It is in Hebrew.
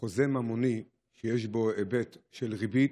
בחוזה ממוני שיש בו היבט של ריבית,